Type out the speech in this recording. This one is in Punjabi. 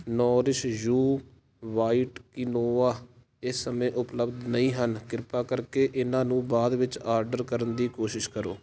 ਨੋਰਿਸ਼ ਯੂ ਵ੍ਹਾਈਟ ਕੀਨੋਆ ਇਸ ਸਮੇਂ ਉਪਲੱਬਧ ਨਹੀਂ ਹਨ ਕ੍ਰਿਪਾ ਕਰਕੇ ਇਹਨਾਂ ਨੂੰ ਬਾਅਦ ਵਿੱਚ ਆਰਡਰ ਕਰਨ ਦੀ ਕੋਸ਼ਿਸ਼ ਕਰੋ